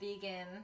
vegan